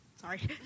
Sorry